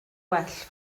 well